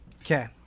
Okay